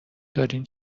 دارین